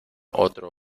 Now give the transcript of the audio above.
otro